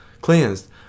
cleansed